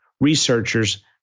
researchers